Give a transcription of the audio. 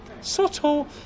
subtle